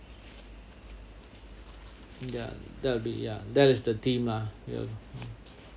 ya that will be ya that's the theme lah you know